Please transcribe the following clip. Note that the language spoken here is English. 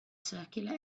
circular